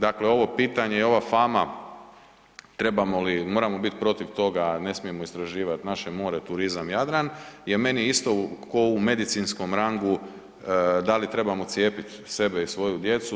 Dakle, ovo pitanje i ova fama trebamo li, moramo li biti protiv toga, ne smijemo istraživati naše more, turizam, Jadran je meni isto kao u medicinskom rangu da li trebamo cijepiti sebe i svoju djecu.